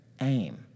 aim